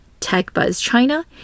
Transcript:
TechBuzzChina